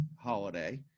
holiday